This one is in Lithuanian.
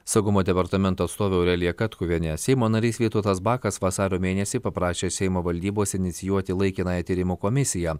saugumo departamento atstovė aurelija katkuvienė seimo narys vytautas bakas vasario mėnesį paprašė seimo valdybos inicijuoti laikinąją tyrimo komisiją